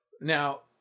Now